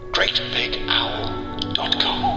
GreatBigOwl.com